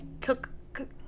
took